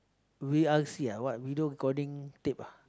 V_R_C ah what video recording tape ah